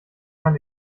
man